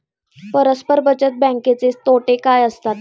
परस्पर बचत बँकेचे तोटे काय असतात?